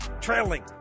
trailing